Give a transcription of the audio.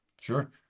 Sure